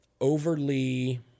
overly